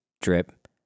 drip